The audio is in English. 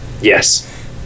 Yes